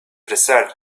decided